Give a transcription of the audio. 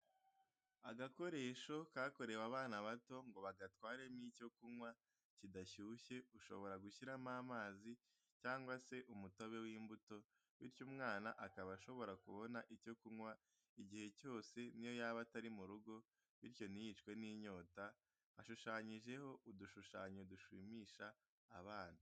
Agakoresho kakorewe abana bato ngo bagatwaremo icyo kunywa kidashyushye ushobora gushyiramo amazi cyangwa se umutobe w'imbuto, bityo umwana akaba ashobora kubona icyo kunywa igihe cyose n'iyo yaba atari mu rugo bityo ntiyicwe n'inyota, hashushanyije udushushanyo dushimisha abana.